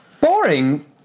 Boring